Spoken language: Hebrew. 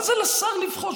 מה זה "לשר לבחוש"?